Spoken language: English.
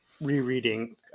rereading